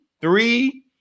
three